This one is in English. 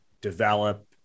develop